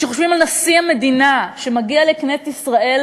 כשחושבים על נשיא המדינה שמגיע לכנסת ישראל